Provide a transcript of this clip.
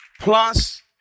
plus